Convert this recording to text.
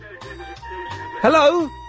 Hello